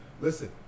Listen